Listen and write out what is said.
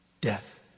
death